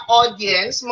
audience